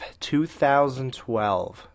2012